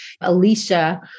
Alicia